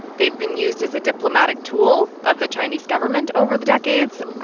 they've been used as a diplomatic tool of the chinese government over the decades.